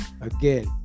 again